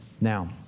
Now